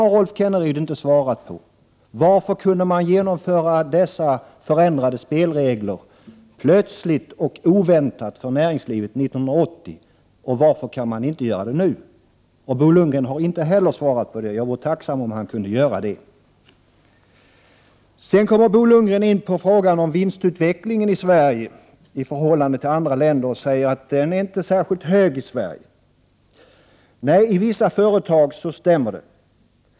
Rolf Kenneryd har inte svarat på frågan varför man år 1980 plötsligt och oväntat kunde införa dessa ändrade spelregler för näringslivet. Varför kan man inte göra det nu? Bo Lundgren har inte heller svarat på dessa frågor, och jag vore tacksam om man kunde göra det. Bo Lundgren kommer sedan in på vinstutvecklingen i Sverige i förhållande till den som skett i andra länder. Han säger att den inte är särskilt kraftig i Sverige. Nej, det stämmer i vissa företag.